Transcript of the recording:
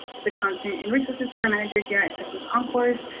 the content and resources program manager here at texas oncourse,